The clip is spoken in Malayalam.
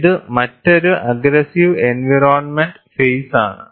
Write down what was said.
ഇത് മറ്റൊരു അഗ്ഗ്രസിവ് എൻവയറോണ്മെന്റ് ഫേയിസണ്